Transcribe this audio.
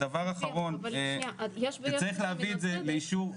דבר אחרון, צריך להביא את זה לאישור.